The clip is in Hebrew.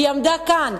היא עמדה כאן,